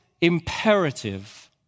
imperative